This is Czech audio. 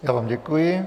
Já vám děkuji.